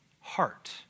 heart